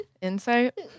Insight